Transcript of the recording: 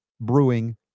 Brewing